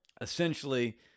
Essentially